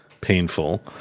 painful